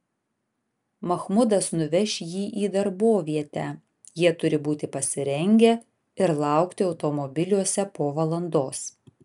mahmudas nuveš jį į darbovietę jie turi būti pasirengę ir laukti automobiliuose po valandos